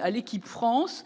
à l'équipe de France